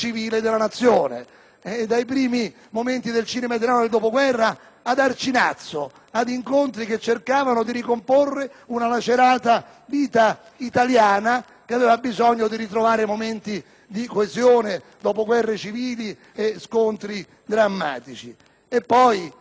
dai primi momenti del cinema italiano del dopoguerra ad Arcinazzo, ad incontri che cercavano di ricomporre una lacerata vita italiana che aveva bisogno di ritrovare momenti di coesione dopo guerre civili e scontri drammatici. Voglio